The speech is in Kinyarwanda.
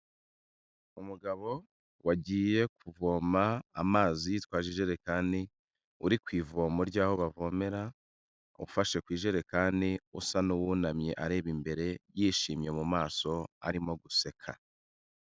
Umugabo wagiye kuvoma amazi yitwaje ijerekani, uri ku ivomo ry'aho bavomera, ufashe ku ijerekani usa n'uwunamye areba imbere, yishimye mu maso arimo guseka.